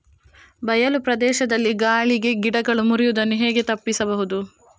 ಬಯಲು ಪ್ರದೇಶದಲ್ಲಿ ಗಾಳಿಗೆ ಗಿಡಗಳು ಮುರಿಯುದನ್ನು ಹೇಗೆ ತಪ್ಪಿಸಬಹುದು?